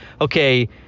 okay